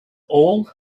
all